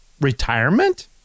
retirement